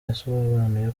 yasobanuye